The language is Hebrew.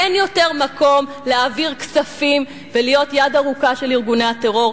אין יותר מקום להעביר כספים ולהיות יד ארוכה של ארגוני הטרור,